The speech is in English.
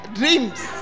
dreams